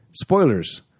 spoilers